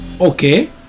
Okay